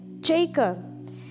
Jacob